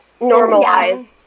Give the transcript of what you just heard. Normalized